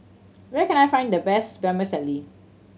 where can I find the best Vermicelli